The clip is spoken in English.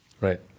Right